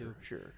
sure